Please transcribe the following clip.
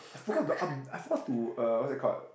I forgot to I forgot to uh what's that called